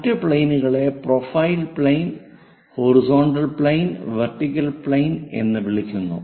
മറ്റ് പ്ലെയിനുകളെ profile plane horizontal plane vertical plane എന്ന് വിളിക്കുന്നു